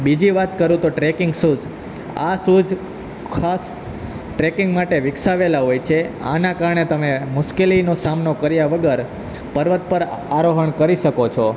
બીજી વાત કરું તો ટ્રેકિંગ શૂઝ આ શૂઝ ખાસ ટ્રેકિંગ માટે વિકસાવેલાં હોય છે આના કારણે તમે મુશ્કેલીનો સામનો કર્યા વગર પર્વત પર આરોહણ કરી શકો છો